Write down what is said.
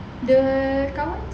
the kawan